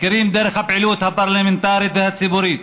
מכירים דרך הפעילות הפרלמנטרית והציבורית,